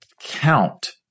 count